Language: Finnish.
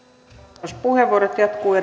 vastauspuheenvuorot jatkuvat